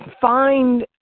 find